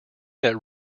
that